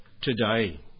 today